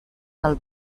del